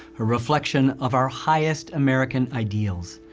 a reflection of our highest american ideals,